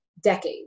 decades